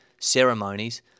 ceremonies